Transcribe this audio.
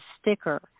sticker